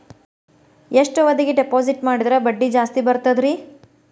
ಎಷ್ಟು ಅವಧಿಗೆ ಡಿಪಾಜಿಟ್ ಮಾಡಿದ್ರ ಬಡ್ಡಿ ಜಾಸ್ತಿ ಬರ್ತದ್ರಿ?